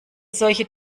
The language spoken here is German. solche